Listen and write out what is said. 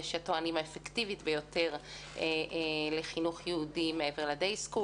יש הטוענים האפקטיבית ביותר לחינוך יהודי מעבר ל-Day school.